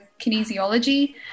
kinesiology